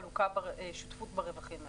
ושותפות ברווחים האלה.